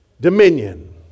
dominion